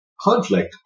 conflict